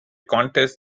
contest